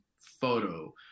photo